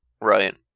Right